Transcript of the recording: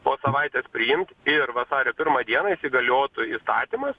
po savaitės priimt ir vasario pirmą dieną įsigaliotų įstatymas